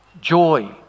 joy